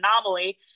anomaly